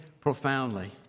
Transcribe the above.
profoundly